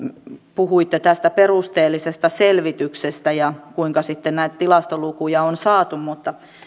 puhuitte tästä perusteellisesta selvityksestä ja siitä kuinka sitten näitä tilastolukuja on saatu